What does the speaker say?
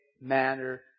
manner